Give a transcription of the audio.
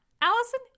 Allison